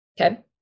Okay